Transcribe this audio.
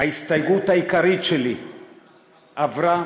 ההסתייגות העיקרית שלי עברה,